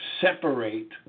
separate